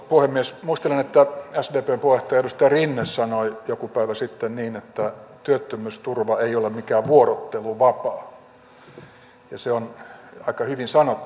muistelen että sdpn puheenjohtaja edustaja rinne sanoi joku päivä sitten niin että työttömyysturva ei ole mikään vuorotteluvapaa ja se on aika hyvin sanottu